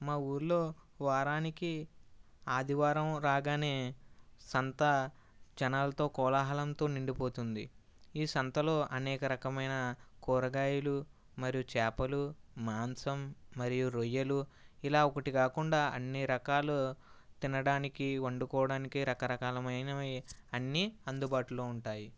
మా ఊళ్ళో వారానికి ఆదివారం రాగానే సంత జనాలతో కోలాహలంతో నిండిపోతుంది ఈ సంతలో అనేక రకమైన కూరగాయలు మరియు చేపలు మాంసం మరియు రొయ్యలు ఇలా ఒకటి కాకుండా అన్నీ రకాలు తినడానికి వండుకోవడానికి రకరకాలు అయినవి అన్నీ అందుబాటులో ఉంటాయి